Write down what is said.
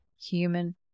human